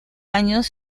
años